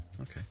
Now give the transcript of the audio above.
Okay